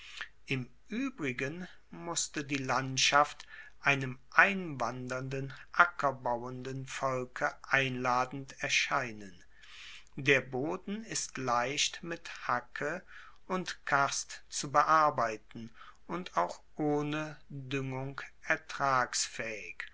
im uebrigen musste die landschaft einem einwandernden ackerbauenden volke einladend erscheinen der boden ist leicht mit hacke und karst zu bearbeiten und auch ohne duengung